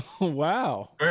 Wow